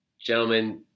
Gentlemen